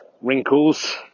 wrinkles